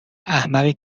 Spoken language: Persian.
احمقی